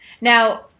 Now